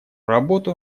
работу